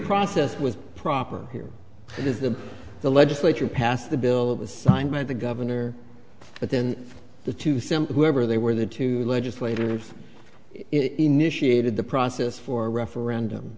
process with proper here is that the legislature passed the bill signed by the governor but then the two simple whoever they were the two legislative initiated the process for referendum